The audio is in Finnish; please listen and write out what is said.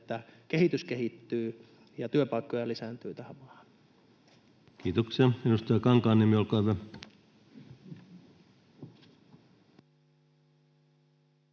että kehitys kehittyy ja työpaikkoja tulee lisää tähän maahan. Kiitoksia. — Edustaja Kankaanniemi, olkaa hyvä.